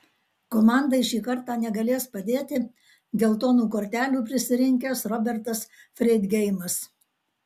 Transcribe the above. komandai šį kartą negalės padėti geltonų kortelių prisirinkęs robertas freidgeimas